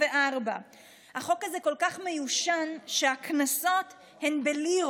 1934. החוק הזה כל כך מיושן, שהקנסות הם בלירות.